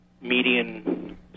median